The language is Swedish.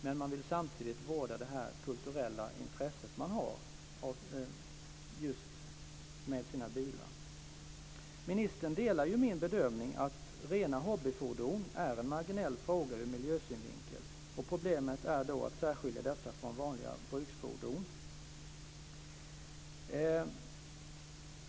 Men man vill samtidigt vårda det kulturella intresse man har för sina bilar. Ministern delar ju min bedömning att rena hobbyfordon är en marginell fråga ur miljösynpunkt. Problemet är då att särskilja dessa från vanliga bruksfordon.